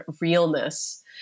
realness